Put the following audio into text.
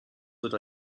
wird